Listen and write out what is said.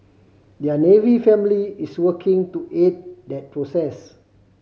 their Navy family is working to aid that process